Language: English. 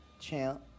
champ